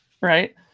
Right